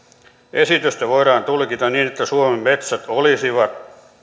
esitystä voidaan tulkita niin että suomen metsät olisivat